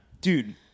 dude